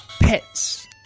pets